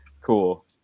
Cool